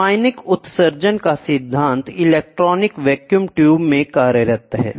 thermionic उत्सर्जन का सिद्धांत इलेक्ट्रॉनिक वैक्यूम ट्यूबों में कार्यरत है